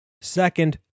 Second